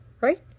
right